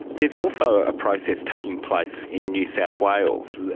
there is also a process taking place in new south wales,